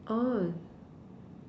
orh